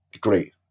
Great